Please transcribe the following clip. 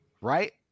right